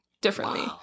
differently